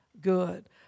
good